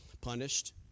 punished